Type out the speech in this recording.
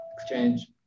exchange